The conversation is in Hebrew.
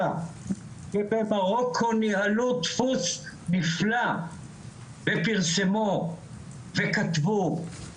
ובמרוקו ניהלו דפוס נפלא ופרסמו וכתבו.